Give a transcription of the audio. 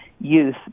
youth